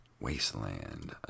Wasteland